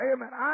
Amen